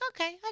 okay